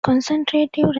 conservative